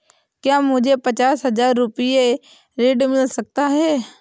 क्या मुझे पचास हजार रूपए ऋण मिल सकता है?